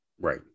right